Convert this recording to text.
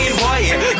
white